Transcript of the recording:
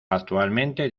actualmente